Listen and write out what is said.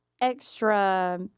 extra